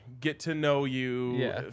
get-to-know-you